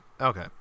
Okay